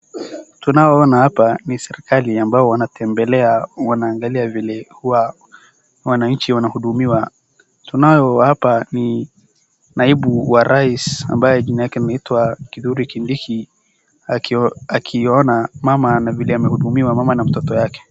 Tunao ona hapa ni serikali ambayo wanatembelea wanaangalia vile wanachi huwa wanahudumiwa. Tunayo hapa ni naibu wa rais ambaye jina yake imeitwa Kithure Kindiki akiona mama vile amehudumiwa mama na mtoto yake.